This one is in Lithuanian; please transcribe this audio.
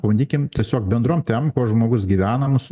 pabandykim tiesiog bendrom temom kuo žmogus gyvena mūsų